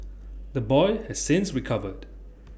the boy has since recovered